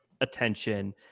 attention